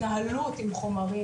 בהתנהלות עם חומרים,